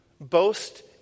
Boast